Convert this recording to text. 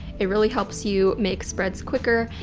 it really helps you make spreads quicker.